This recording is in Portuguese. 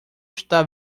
está